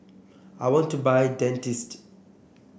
I want to buy Dentiste